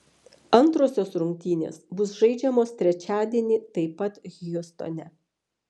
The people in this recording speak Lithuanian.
antrosios rungtynės bus žaidžiamos trečiadienį taip pat hjustone